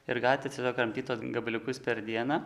ir galit tiesiog kramtyt tuos gabaliukus per dieną